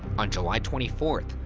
on july twenty fourth,